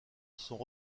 sont